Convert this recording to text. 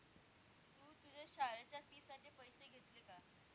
तू तुझ्या शाळेच्या फी साठी पैसे घेतले का?